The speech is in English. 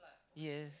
yes